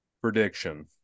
prediction